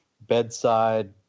bedside